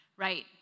Right